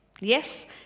Yes